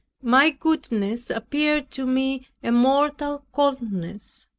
my coldness appeared to me a mortal coldness.